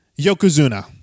yokozuna